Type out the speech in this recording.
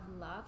love